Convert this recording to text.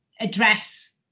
address